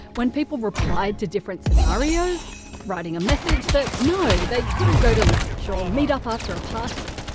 when people replied to different scenarios writing a message that no, they couldn't go to lunch or meet up after a party,